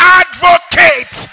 advocate